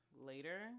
Later